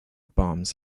bombs